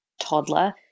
toddler